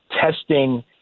testing